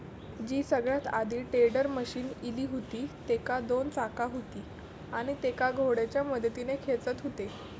जी सगळ्यात आधी tedder machine इली हुती तेका दोन चाका हुती आणि तेका घोड्याच्या मदतीन खेचत हुते